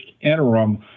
interim